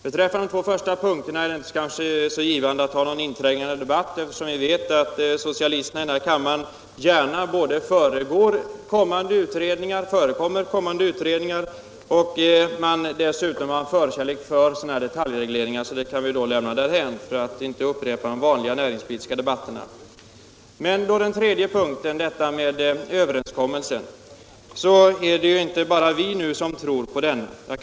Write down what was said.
Beträffande de två första punkterna är det kanske inte särskilt givande att föra någon mera inträngande debatt, eftersom vi vet att socialisterna i denna kammare gärna föregriper kommande utredningar och dessutom har en förkärlek för sådana här detaljregleringar. Jag lämnar därför de båda punkterna därhän för att inte upprepa de vanliga näringspolitiska argumenten. Men beträffande den tredje punkten, alltså den om överenskommelsen, är det inte bara vi som tror på sådana överenskommelser.